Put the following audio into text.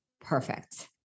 perfect